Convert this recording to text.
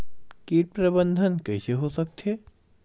कीट प्रबंधन कइसे हो सकथे?